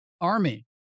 army